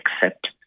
accept